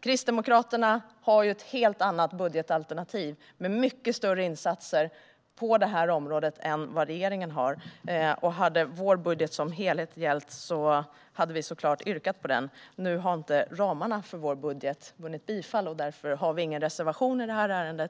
Kristdemokraterna har ett helt annat budgetalternativ, med mycket större insatser på detta område än vad regeringen har. Hade vår budget som helhet gällt hade vi såklart yrkat på den. Nu har inte ramarna för vår budget vunnit bifall, och därför har vi ingen reservation i detta ärende.